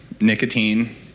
nicotine